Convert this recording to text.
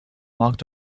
marked